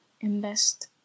invest